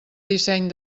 disseny